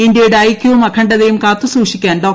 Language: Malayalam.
ഇൻഡ്യയുടെ ഐക്യവും അഖണ്ഡതയും കാത്തു സൂക്ഷിക്കാൻ ഡോ